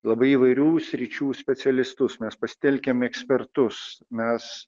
labai įvairių sričių specialistus mes pasitelkėm ekspertus mes